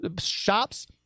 shops